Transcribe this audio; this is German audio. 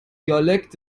dialekt